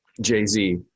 Jay-Z